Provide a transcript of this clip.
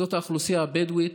האוכלוסייה הבדואית.